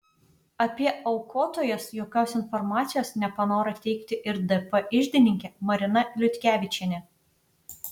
apie aukotojas jokios informacijos nepanoro teikti ir dp iždininkė marina liutkevičienė